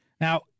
Now